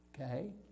Okay